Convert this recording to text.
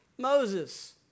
Moses